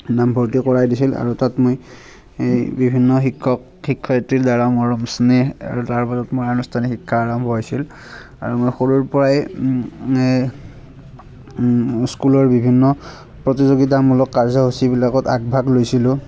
নাম ভৰ্তি কৰাই দিছিল আৰু তাত মই সেই বিভিন্ন শিক্ষক শিক্ষয়ত্ৰীৰ দ্বাৰা মৰম স্নেহ আৰু তাৰপাছত মই আনুষ্ঠানিক শিক্ষা আৰম্ভ হৈছিল আৰু মই সৰুৰ পৰাই মানে স্কুলৰ বিভিন্ন প্ৰতিযোগিতামূলক কাৰ্যসূচীবিলাকত আগভাগ লৈছিলোঁ